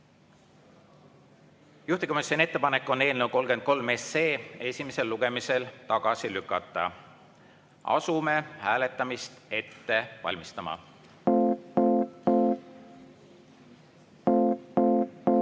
Juhtivkomisjoni ettepanek on eelnõu 81 esimesel lugemisel tagasi lükata. Asume hääletamist ette valmistama.